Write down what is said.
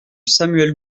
samuel